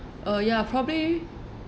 uh ya probably